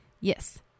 Yes